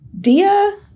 Dia